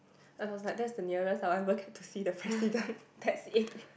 I was like that's the nearest I'll ever get to see the President that's it